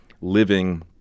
living